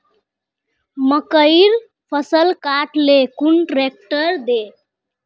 मकईर फसल काट ले कुन ट्रेक्टर दे?